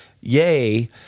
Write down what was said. yay